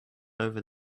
over